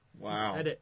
Wow